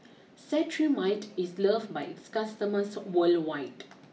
Cetrimide is loved by its customers worldwide